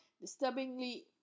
Disturbingly